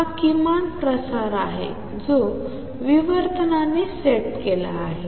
तर हा किमान प्रसार आहे जो विवर्तनाने सेट केला आहे